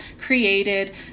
created